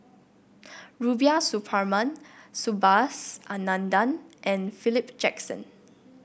Rubiah Suparman Subhas Anandan and Philip Jackson